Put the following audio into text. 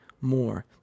more